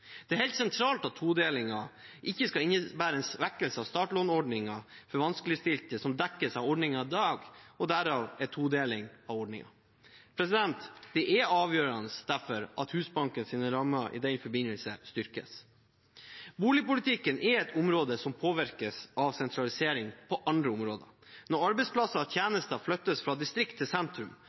Det er helt sentralt at todelingen ikke skal innebære en svekkelse av startlånordningen for vanskeligstilte, slik den er i dag, og derav en todeling av ordningen. Det er derfor avgjørende at Husbankens rammer i den forbindelse styrkes. Boligpolitikken er et område som påvirkes av sentralisering på andre områder. Når arbeidsplasser og tjenester flyttes fra distrikt til sentrum, og den økonomiske politikken gjør at ressurser går fra distrikt til sentrum,